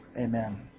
Amen